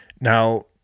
Now